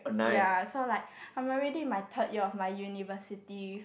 ya so like I'm already in my third year of my universities